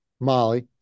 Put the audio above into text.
Molly